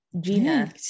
Gina